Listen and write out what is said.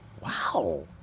Wow